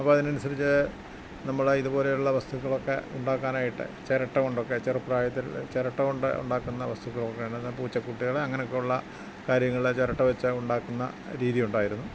അപ്പം അതിനനുസരിച്ച് നമ്മൾ ഇതുപോലെയുള്ള വസ്തുക്കളൊക്കെ ഉണ്ടാക്കാനായിട്ട് ചിരട്ട കൊണ്ടൊക്കെ ചെറുപ്രായത്തിൽ ചിരട്ട കൊണ്ട് ഉണ്ടാക്കുന്ന വസ്തുക്കളൊക്കെയാണ് പൂച്ചക്കുട്ടികൾ അങ്ങനെയൊക്കെ ഉള്ള കാര്യങ്ങൾ ചിരട്ട വെച്ച് ഉണ്ടാക്കുന്ന രീതി ഉണ്ടായിരുന്നു